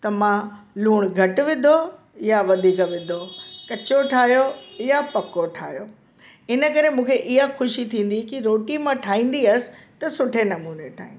त मां लुणु घटि विधो या वधीक विधो कचो ठाहियो या पको ठाहियो इन करे मूंखे हीअ ख़ुशी की रोटी मां ठाहींदी हुयसि त सुठे नमूने ठाहींदी हुयसि